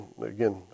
again